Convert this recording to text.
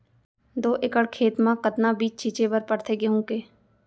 दो एकड़ खेत म कतना बीज छिंचे बर पड़थे गेहूँ के?